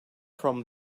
from